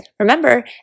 Remember